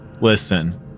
Listen